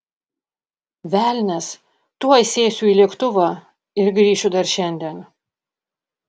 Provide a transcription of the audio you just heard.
velnias tuoj sėsiu į lėktuvą ir grįšiu dar šiandien